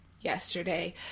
yesterday